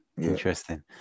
interesting